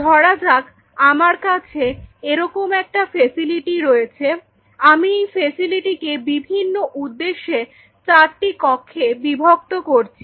ধরা যাক আমার কাছে এরকম একটা ফেসিলিটি রয়েছে আমি এই ফেসিলিটিকে বিভিন্ন উদ্দেশ্যে চারটি কক্ষে বিভক্ত করছি